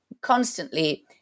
constantly